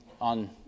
on